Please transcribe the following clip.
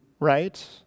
right